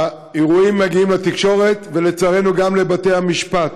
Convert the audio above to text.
האירועים מגיעים לתקשורת, ולצערנו גם לבתי-המשפט,